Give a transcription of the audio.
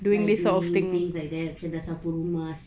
riding things like that macam dah sapu rumah